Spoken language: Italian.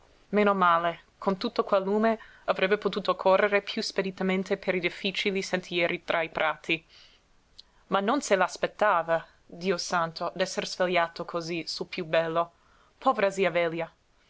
male con tutto quel lume avrebbe potuto correre piú speditamente per i difficili sentieri tra i prati ma non se l'aspettava dio santo d'essere svegliato cosí sul piú bello povera zia velia